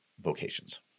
vocations